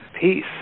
peace